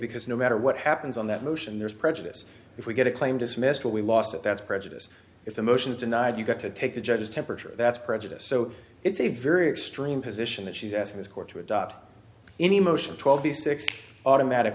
because no matter what happens on that motion there's prejudice if we get a claim dismissed or we lost it that's prejudice if the motion is denied you've got to take the judge's temperature that's prejudice so it's a very extreme position that she's asking this court to adopt any motion twelve the sixth automatic